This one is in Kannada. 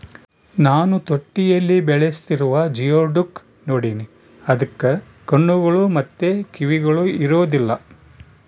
ನಾನು ತೊಟ್ಟಿಯಲ್ಲಿ ಬೆಳೆಸ್ತಿರುವ ಜಿಯೋಡುಕ್ ನೋಡಿನಿ, ಅದಕ್ಕ ಕಣ್ಣುಗಳು ಮತ್ತೆ ಕಿವಿಗಳು ಇರೊದಿಲ್ಲ